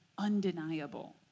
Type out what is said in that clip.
undeniable